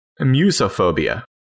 musophobia